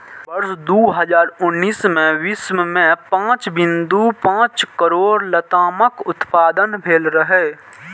वर्ष दू हजार उन्नैस मे विश्व मे पांच बिंदु पांच करोड़ लतामक उत्पादन भेल रहै